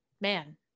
man